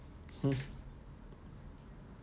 mm